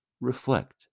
reflect